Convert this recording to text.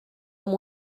amb